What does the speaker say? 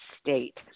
state